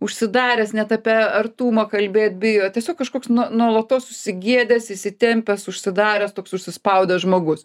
užsidaręs net apie artumą kalbėt bijo tiesiog kažkoks nuolatos susigėdęs įsitempęs užsidaręs toks užsispaudęs žmogus